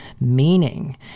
meaning